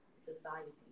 society